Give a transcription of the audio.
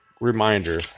reminder